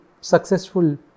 successful